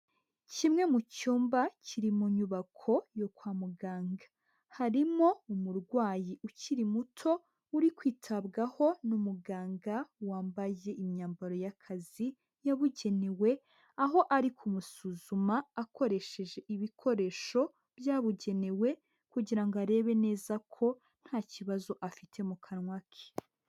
Kimwe mu cyumba kiri mu nyubako yo kwa muganga. Harimo umurwayi ukiri muto, uri kwitabwaho n'umuganga wambaye imyambaro y'akazi yabugenewe, aho ari kumusuzuma akoresheje ibikoresho byabugenewe kugira ngo arebe neza ko ntakibazo afite mu kanwa ke.